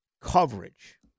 coverage